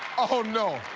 oh, no.